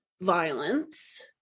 violence